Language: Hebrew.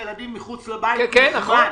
הילדים מחוץ לבית מזמן.